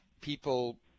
people